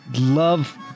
love